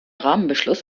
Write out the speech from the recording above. rahmenbeschluss